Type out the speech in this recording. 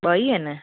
ॿई आहिनि